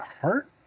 heart